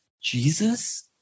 Jesus